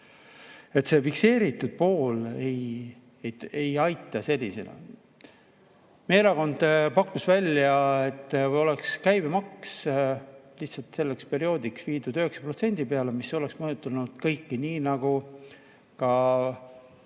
See fikseeritud pool ei aita sellisena. Meie erakond pakkus välja, et oleks käibemaks lihtsalt selleks perioodiks viidud 9% peale, mis oleks mõjutanud kõiki, nii nagu ka,